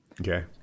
Okay